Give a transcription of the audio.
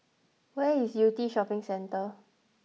where is Yew Tee Shopping Centre